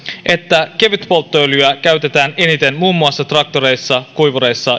että kevytpolttoöljyä käytetään eniten muun muassa traktoreissa kuivureissa